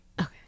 Okay